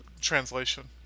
translation